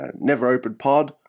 neveropenpod